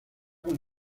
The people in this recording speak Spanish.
con